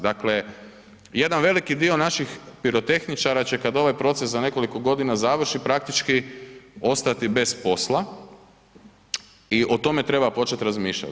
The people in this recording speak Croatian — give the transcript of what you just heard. Dakle jedan veliki dio naših pirotehničara će kad ovaj proces za nekoliko godina završi praktički ostati bez posla i o tome treba početi razmišljati.